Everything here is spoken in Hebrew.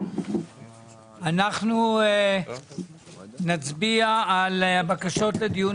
אנחנו נצביע על בקשות לדיון